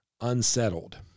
unsettled